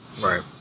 Right